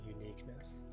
uniqueness